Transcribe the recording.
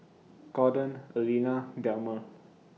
Gordon Aleena Delmer